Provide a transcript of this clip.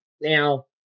Now –